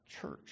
church